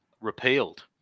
repealed